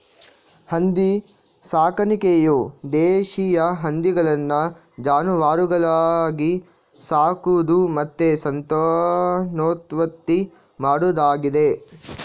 ಹಂದಿ ಸಾಕಾಣಿಕೆಯು ದೇಶೀಯ ಹಂದಿಗಳನ್ನ ಜಾನುವಾರುಗಳಾಗಿ ಸಾಕುದು ಮತ್ತೆ ಸಂತಾನೋತ್ಪತ್ತಿ ಮಾಡುದಾಗಿದೆ